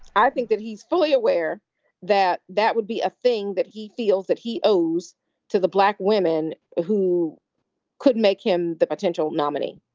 i think that he's fully aware that that would be a thing that he feels that he owes to the black women who could make him the potential nominee.